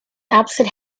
opposite